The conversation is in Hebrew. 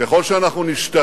ככל שאנחנו נשתהה